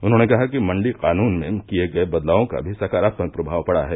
उन्होंने कहा कि मण्डी कानून में किये गये बदलावों का भी सकारात्मक प्रभाव पड़ा है